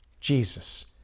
Jesus